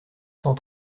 cent